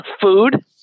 food